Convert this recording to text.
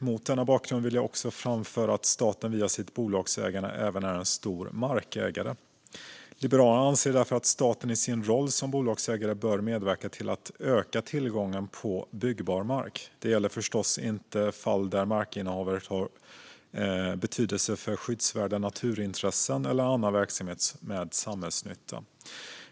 Mot denna bakgrund vill jag framföra att staten via sitt bolagsägande även är en stor markägare. Liberalerna anser därför att staten i sin roll som bolagsägare bör medverka till att öka tillgången på byggbar mark. Det gäller förstås inte fall där markinnehavet har betydelse för skyddsvärda naturintressen eller annan verksamhet med samhällsnytta.